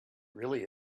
really